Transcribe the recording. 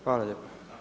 Hvala lijepa.